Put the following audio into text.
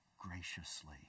graciously